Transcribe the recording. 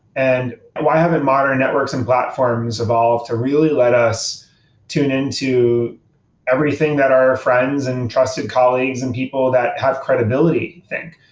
and why haven't modern networks and platforms evolved to really let us tune in to everything that our friends and trusted colleagues and people that have credibility think?